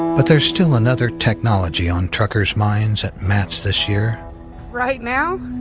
but there's still another technology on truckers' minds at mats this year right now?